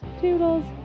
toodles